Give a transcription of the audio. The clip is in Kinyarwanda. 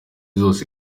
zose